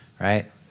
right